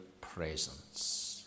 presence